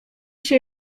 się